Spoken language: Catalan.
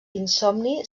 insomni